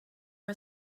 are